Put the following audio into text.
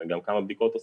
אלא גם כמה בדיקות עושים.